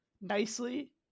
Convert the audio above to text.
nicely